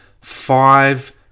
five